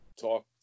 talk